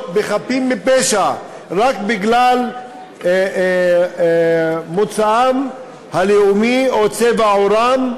בחפים מפשע רק בגלל מוצאם הלאומי או צבע עורם,